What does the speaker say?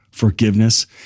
Forgiveness